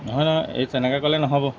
নহয় নহয় এই তেনেকৈ ক'লে নহ'ব